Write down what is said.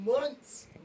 Months